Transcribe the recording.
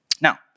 Now